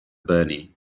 bernie